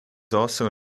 also